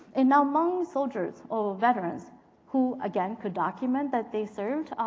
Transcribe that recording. and now hmong soldiers or veterans who, again, could document that they served,